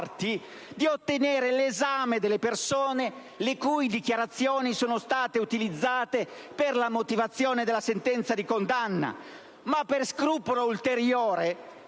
di ottenere l'esame delle persone le cui dichiarazioni sono state utilizzate per la motivazione della sentenza di condanna. Tuttavia, per scrupolo ulteriore,